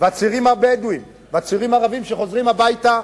והצעירים הבדואים והצעירים הערבים שחוזרים הביתה,